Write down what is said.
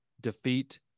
Defeat